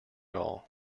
all